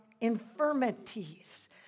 infirmities